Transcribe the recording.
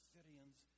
Syrians